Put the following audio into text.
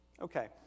Okay